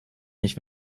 mich